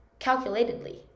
calculatedly